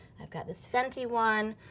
i've got this fenty one.